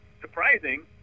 surprising